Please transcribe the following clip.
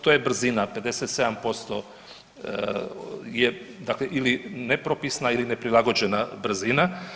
To je brzina, 57% je dakle ili nepropisna ili neprilagođena brzina.